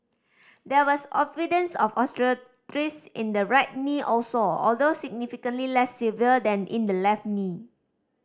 there was evidence of osteoarthritis in the right knee also although significantly less severe than in the left knee